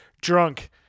drunk